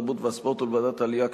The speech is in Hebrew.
התרבות והספורט ולוועדת העלייה,